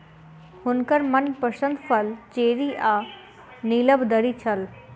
हुनकर मनपसंद फल चेरी आ नीलबदरी छल